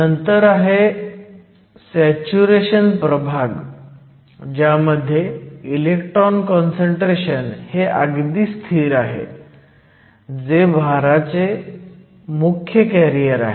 नंतर आहे सॅच्युरेशन प्रभाग ज्यामध्ये इलेक्ट्रॉन काँसंट्रेशन हे अगदी स्थिर आहे जे भाराचे मुख्य कॅरियर आहेत